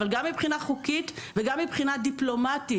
אבל גם מבחינה חוקית וגם מבחינה דיפלומטית,